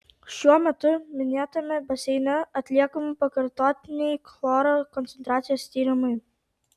šiuo metu minėtame baseine atliekami pakartotiniai chloro koncentracijos tyrimai